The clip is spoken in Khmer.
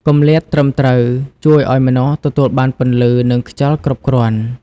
គម្លាតត្រឹមត្រូវជួយឲ្យម្នាស់ទទួលបានពន្លឺ និងខ្យល់គ្រប់គ្រាន់។